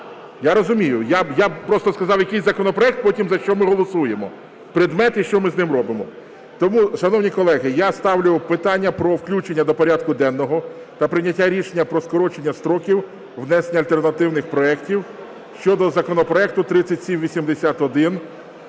Я розумію. Я просто сказав, який законопроект, потім за що ми голосуємо. Предмет і що ми з ним робимо. Тому, шановні колеги, я ставлю питання про включення до порядку денного та прийняття рішення про скорочення строків внесення альтернативних проектів щодо законопроекту 3781